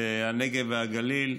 הנגב והגליל,